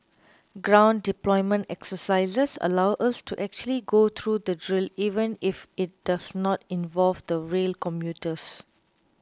ground deployment exercises allow us to actually go through the drill even if it does not involve the rail commuters